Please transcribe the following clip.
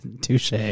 Touche